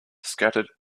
scattered